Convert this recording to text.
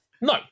No